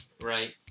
Right